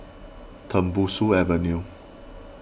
Tembusu Avenue